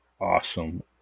awesome